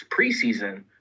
preseason